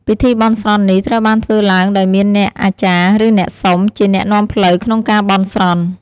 ពិធីបន់ស្រន់នេះត្រូវបានធ្វើឡើងដោយមានអ្នកអាចារ្យ ឬអ្នកសុំ ជាអ្នកនាំផ្លូវក្នុងការបន់ស្រន់។